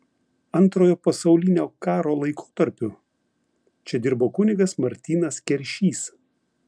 antrojo pasaulinio karo laikotarpiu čia dirbo kunigas martynas keršys